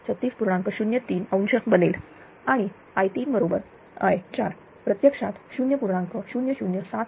03° बनेल आणि I3 बरोबर i4 प्रत्यक्षात 0